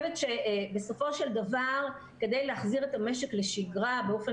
בסופו של דבר כדי להחזיר את המשק לשגרה באופן